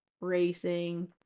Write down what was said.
racing